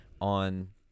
on